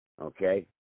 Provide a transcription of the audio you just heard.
okay